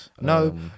No